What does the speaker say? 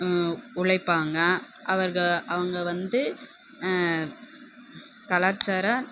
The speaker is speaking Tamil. உழைப்பாங்க அவர்கள் அவங்க வந்து கலாச்சார